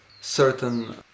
certain